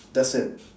that's it